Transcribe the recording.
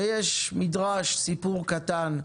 ויש מדרש, סיפור קטן,